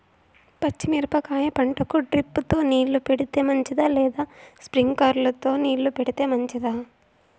పచ్చి మిరపకాయ పంటకు డ్రిప్ తో నీళ్లు పెడితే మంచిదా లేదా స్ప్రింక్లర్లు తో నీళ్లు పెడితే మంచిదా?